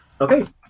Okay